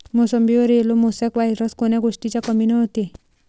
मोसंबीवर yellow mosaic virus कोन्या गोष्टीच्या कमीनं होते?